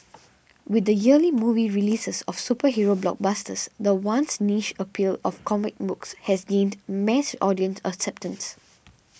with the yearly movie releases of superhero blockbusters the once niche appeal of comic books has gained mass audience acceptance